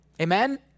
Amen